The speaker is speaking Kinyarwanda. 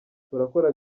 turakora